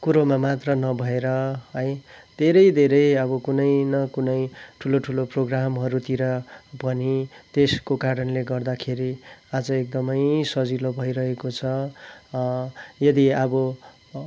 कुरोमा मात्र नभएर है धरै धेरै अब कुनै न कुनै ठुलो ठुलो प्रोग्रामहरूतिर पनि त्यसको कारणले गर्दाखेरि आज एकदमै सजिलो भएरहेको छ यदि अब